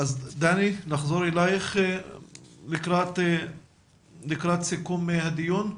נחזור אליך לקראת סיכום הדיון.